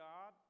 God